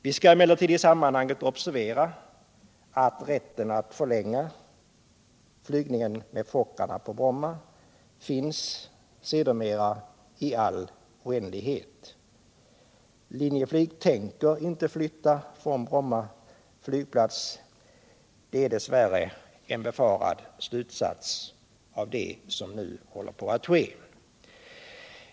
Vi skall emellertid i sammanhanget observera att tidsfristen för flygtrafik med Fokkerplan på Bromma kommer att förlängas i all oändlighet. Linjeflyg ämnar inte flytta från Bromma flygplats —- det är dessvärre den slutsats man kan dra av det som nu håller på att ske.